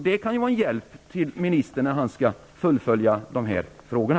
Det kan vara en hjälp för ministern när han skall fullfölja förslagen.